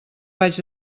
vaig